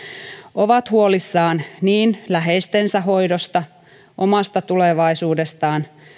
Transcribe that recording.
ovat huolissaan niin läheistensä hoidosta kuin omasta tulevaisuudestaan